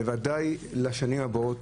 בוודאי לשנים הקרובות